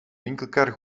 winkelkar